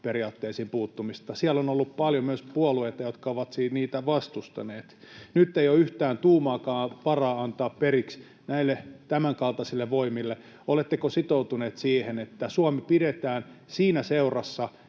oikeusvaltioperiaatteisiin puuttumista. Siellä on ollut paljon myös puolueita, jotka ovat siis niitä vastustaneet. Nyt ei ole yhtään tuumaakaan varaa antaa periksi näille tämänkaltaisille voimille. Oletteko sitoutuneet siihen, että Suomi pidetään siinä seurassa,